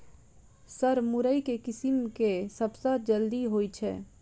Sir मुरई केँ किसिम केँ सबसँ जल्दी होइ छै?